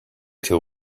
till